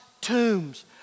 tombs